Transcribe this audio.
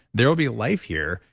there'll be life here.